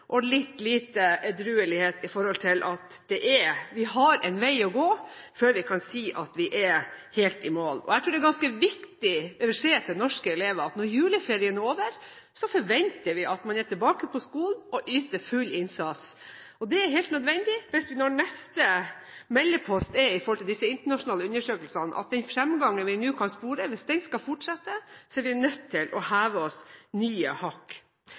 og litt lite edruelighet, for vi har en vei å gå før vi kan si at vi er helt i mål. Jeg tror det er en ganske viktig beskjed til norske elever at når juleferien er over, forventer vi at man går tilbake på skolen og yter full innsats. Det er helt nødvendig for når neste meldepost er når det gjelder disse internasjonale undersøkelsene, at for å fortsette den fremgangen vi nå kan spore, er vi nødt til å heve oss nye hakk.